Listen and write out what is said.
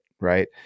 right